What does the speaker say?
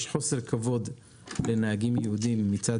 יש חוסר כבוד בין נהגים יהודים מצד